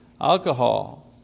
alcohol